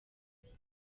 mbere